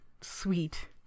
sweet